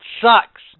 Sucks